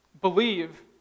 believe